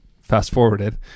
fast-forwarded